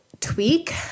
tweak